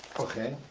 okay.